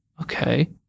okay